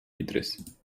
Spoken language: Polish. idrys